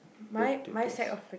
potatoes